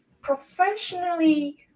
professionally